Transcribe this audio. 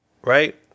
right